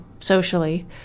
socially